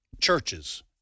churches